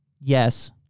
Yes